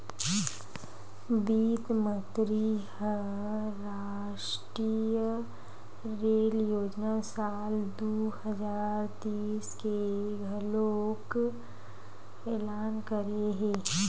बित्त मंतरी ह रास्टीय रेल योजना साल दू हजार तीस के घलोक एलान करे हे